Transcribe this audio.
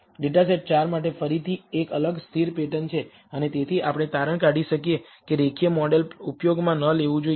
data set 4 માટે ફરીથી એક અલગ સ્થિર પેટર્ન છે અને તેથી આપણે તારણ કાઢી શકીએ કે રેખીય મોડેલ ઉપયોગમાં ન લેવું જોઈએ